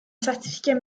certificat